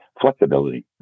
flexibility